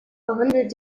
behandelt